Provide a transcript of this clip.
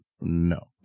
No